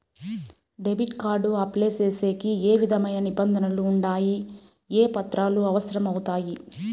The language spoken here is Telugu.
డెబిట్ కార్డు అప్లై సేసేకి ఏ విధమైన నిబంధనలు ఉండాయి? ఏ పత్రాలు అవసరం అవుతాయి?